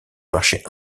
marché